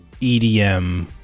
EDM